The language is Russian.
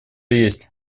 есть